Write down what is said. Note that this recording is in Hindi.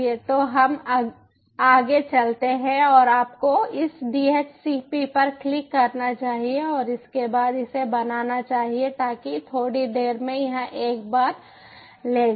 तो हम आगे चलते हैं और आपको इस डी एच सी पी पर क्लिक करना चाहिए और इसके बाद इसे बनाना चाहिए ताकि थोड़ी देर में यह एक बार ले जाए